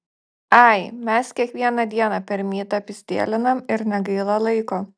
ai mes kiekvieną dieną per mytą pyzdėlinam ir negaila laiko